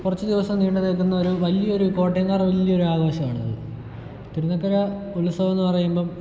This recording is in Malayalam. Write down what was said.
കുറച്ച് ദിവസം നീണ്ട് നിൽക്കുന്നൊരു വലിയൊരു കോട്ടയംകാരുടെ വലിയൊരു ആഘോഷമാണത് തിരുനക്കര ഉത്സവം എന്ന് പറയുമ്പം